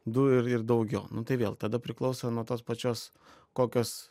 du ir ir daugiau nu tai vėl tada priklauso nuo tos pačios kokios